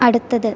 അടുത്തത്